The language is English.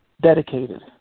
dedicated